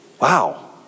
Wow